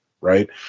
Right